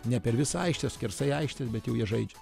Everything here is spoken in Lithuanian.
ne per visą aikštę skersai aikštės bet jau jie žaidžia